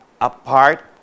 apart